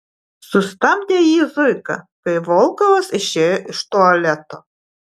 sustabdė jį zuika kai volkovas išėjo iš tualeto